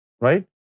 Right